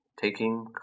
taking